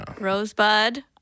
Rosebud